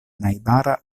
najbara